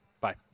Bye